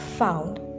Found